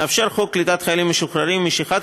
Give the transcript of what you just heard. חוק קליטת חיילים משוחררים מאפשר משיכת